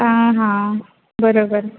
हां हां बरोबर